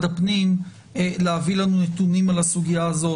הפנים להביא לנו נתונים על הסוגיה הזאת,